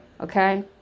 okay